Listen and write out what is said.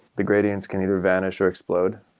the gradients can either vanish or explode.